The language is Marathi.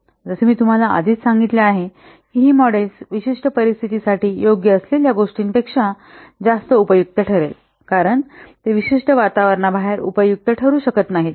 जसे मी तुम्हाला आधीच सांगितले आहे की ही मॉडेल्स विशिष्ट परिस्थिती साठी योग्य असलेल्या गोष्टींपेक्षा जास्त उपयुक्त ठरेल कारण ते विशिष्ट वातावरणाबाहेर उपयुक्त ठरू शकत नाहीत